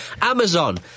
Amazon